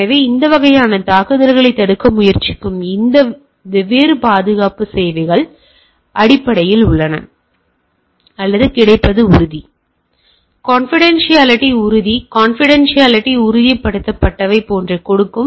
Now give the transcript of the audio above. எனவே இந்த வகையான தாக்குதலைத் தடுக்க முயற்சிக்கும் இந்த வெவ்வேறு பாதுகாப்பு சேவைகள் உள்ளன அல்லது கிடைப்பது உறுதி கான்பிடான்சியாலிட்டி உறுதி கான்பிடான்சியாலிட்டி உறுதிப்படுத்தப்பட்டவை போன்றவற்றைக் கொடுக்கும்